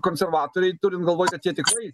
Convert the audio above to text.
konservatoriai turint galvoj kad jie tikrai